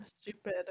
stupid